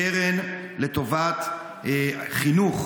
קרן לטובת חינוך.